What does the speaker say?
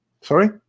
Sorry